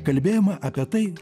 kalbėjome apie tai